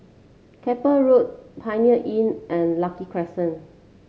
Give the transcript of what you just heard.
Keppel Road Premier Inn and Lucky Crescent